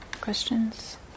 questions